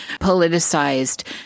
politicized